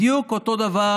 בדיוק אותו דבר: